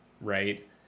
right